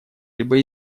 либо